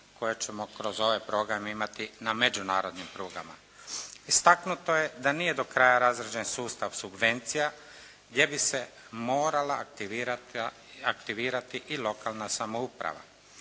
koja ćemo kroz ovaj program imati na međunarodnim prugama. Istaknuto je da nije do kraja razrađen sustav subvencija gdje bi se morala aktivirati i lokalna samouprava.